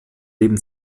leben